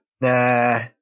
Nah